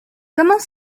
commence